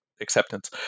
acceptance